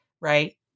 right